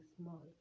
small